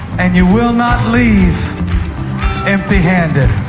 and you will not leave empty-handed.